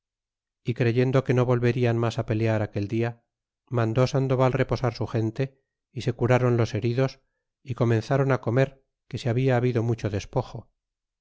y creyendo que no volverían mas á pelear aquel día mandó sandoval reposar su gente y se curron los heridos y comenzron á comer que se habla habido mucho despojo